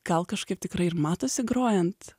gal kažkaip tikrai ir matosi grojant